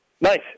Nice